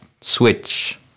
switch